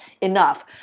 enough